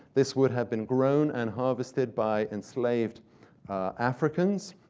this would have been grown and harvested by enslaved africans.